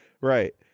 Right